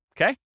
okay